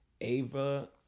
ava